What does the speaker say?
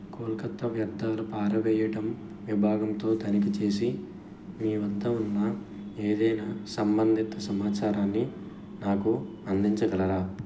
కోల్కత్తా వ్యర్థాలు పారవెయ్యటం విభాగంతో తనిఖీ చేసి మీ వద్ద ఉన్న ఏదైనా సంబంధిత సమాచారాన్ని నాకు అందించగలరా